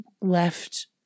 left